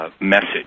message